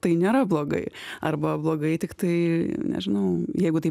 tai nėra blogai arba blogai tiktai nežinau jeigu tai